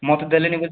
ମୋତେ ଦେଲେନି ବୋଲି